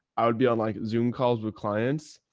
i'd be on like zoom calls with clients.